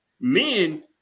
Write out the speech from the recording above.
Men